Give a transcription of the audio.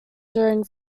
during